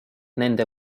nende